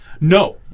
No